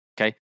Okay